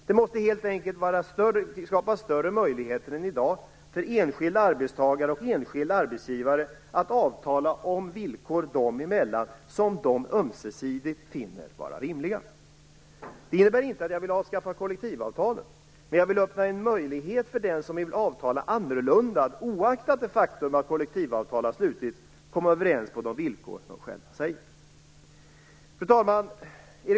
Det måste helt enkelt skapas större möjligheter för enskilda arbetstagare och arbetsgivare att avtala om sådana villkor dem emellan som de ömsesidigt finner vara rimliga. Det innebär inte att jag vill avskaffa kollektivavtalen. Men jag vill öppna en möjlighet för den som vill avtala annorlunda att oaktat det faktum att kollektivavtal har slutits komma överens på de villkor som de själva anger. Fru talman!